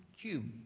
cube